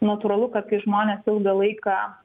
natūralu kad kai žmonės ilgą laiką